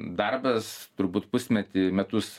darbas turbūt pusmetį metus